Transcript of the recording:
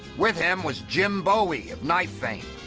with him was jim bowie, of knife fame.